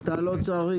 אתה לא צריך,